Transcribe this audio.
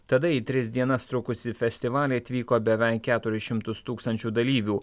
tada į tris dienas trukusį festivalį atvyko beveik keturis šimtus tūkstančių dalyvių